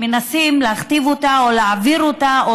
שמנסים להכתיב אותה או להעביר אותה,